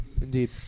Indeed